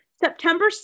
September